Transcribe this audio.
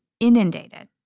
inundated